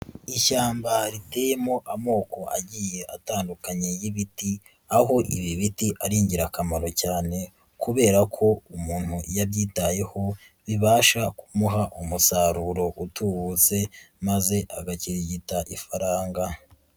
Ishyamba riteyemo amoko agiye atandukanye y'ibiti aho ibi biti ari ingirakamaro cyane kubera ko umuntu iyo abyitayeho bibasha kumuha umusaruro utubutse maze agakirigita ifaranga.